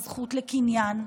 הזכות לקניין,